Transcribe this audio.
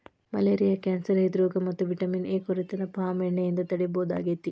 malaria cancer ಹ್ರೃದ್ರೋಗ ಮತ್ತ vitamin A ಕೊರತೆನ ಪಾಮ್ ಎಣ್ಣೆಯಿಂದ ತಡೇಬಹುದಾಗೇತಿ